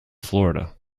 florida